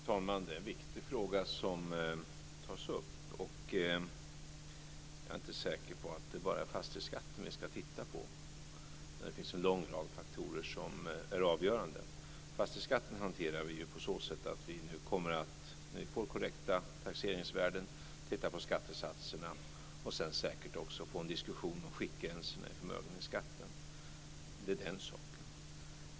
Fru talman! Det är en viktig fråga som tas upp. Jag är inte säker på att det bara är fastighetsskatten vi ska titta på. Det finns en lång rad faktorer som är avgörande. Fastighetsskatten hanterar vi nu på så sätt, att när vi får korrekta taxeringsvärden kommer vi att titta på skattesatserna och sedan säkert också få en diskussion om skiktgränserna i förmögenhetsskatten.